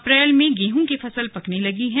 अप्रैल में गेहूं की फसल पकने लगी है